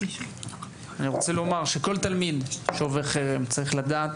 אני רוצה לומר, שכל תלמיד שעובר חרם צריך לדעת